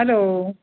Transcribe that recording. hello